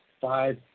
five